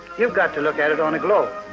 you've got to look at it on a globe.